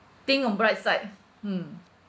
think of bright side mm